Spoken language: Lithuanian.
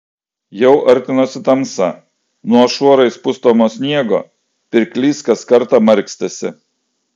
jau artinosi tamsa nuo šuorais pustomo sniego pirklys kas kartą markstėsi